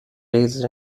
raised